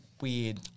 weird